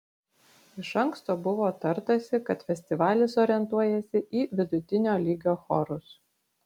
iš anksto buvo tartasi kad festivalis orientuojasi į vidutinio lygio chorus